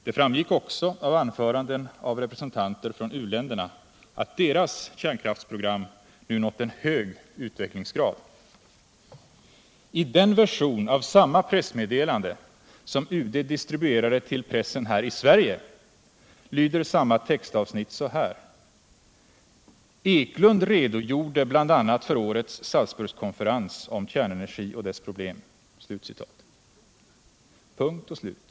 Det framgick också av anföranden av representanter från u-länderna, att deras kärnkraftprogram nu nått en hög utvecklingsgrad.” I den version av samma pressmeddelande som UD distribuerade till pressen här i Sverige lyder samma textavsnitt så här: ”Eklund redogjorde bl.a. för årets Salzburgkonferens om kärnenergin och dess problem.” Punkt och slut.